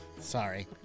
Sorry